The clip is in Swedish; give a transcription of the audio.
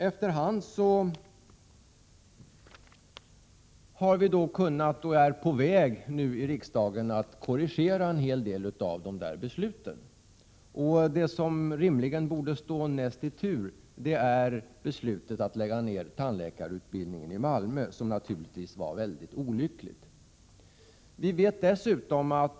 Efter hand har vi kunnat se följderna, och riksdagen är nu på väg att korrigera en hel del av dessa beslut. Det som rimligen borde stå näst i tur är beslutet att lägga ned tandläkarutbildningen i Malmö, som naturligtvis var mycket olyckligt.